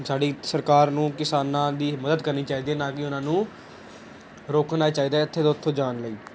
ਸਾਡੀ ਸਰਕਾਰ ਨੂੰ ਕਿਸਾਨਾਂ ਦੀ ਮਦਦ ਕਰਨੀ ਚਾਹੀਦੀ ਹੈ ਨਾ ਕਿ ਉਹਨਾਂ ਨੂੰ ਰੋਕਣਾ ਚਾਹੀਦਾ ਹੈ ਇੱਥੇ ਤੋਂ ਉਥੇ ਜਾਣ ਲਈ